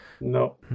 No